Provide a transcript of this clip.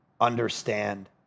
understand